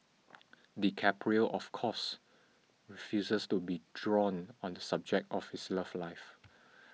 DiCaprio of course refuses to be drawn on the subject of his love life